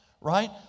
Right